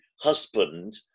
husband